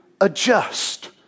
adjust